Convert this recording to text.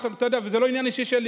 וזה לא עניין אישי שלי,